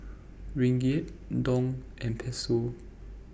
Ringgit Dong and Peso